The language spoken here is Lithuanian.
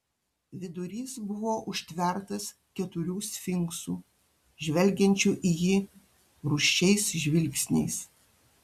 vidurys buvo užtvertas keturių sfinksų žvelgiančių į jį rūsčiais žvilgsniais